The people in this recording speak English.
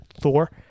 Thor